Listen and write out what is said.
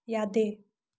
ꯌꯥꯗꯦ